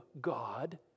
God